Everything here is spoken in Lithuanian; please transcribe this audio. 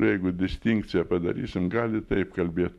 jeigu distinkciją padarysim gali taip kalbėt